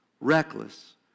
reckless